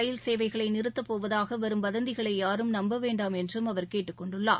ரயில் சேவைகளை நிறுத்தப் போவதாக வரும் வதந்திகளை யாரும் நம்ப வேண்டாம் என்றும் அவர் கேட்டுக் கொண்டுள்ளார்